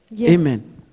amen